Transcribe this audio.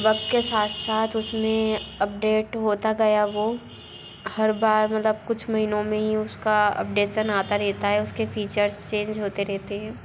वक्त के साथ साथ उसमें अपडेट होता गया वह हर बार मतलब कुछ महीनों में ही उसका अपडेशन आता रहता है उसके फ़ीचर्स चेंज होते रहते हैं